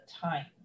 time